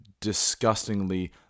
disgustingly